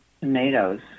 tomatoes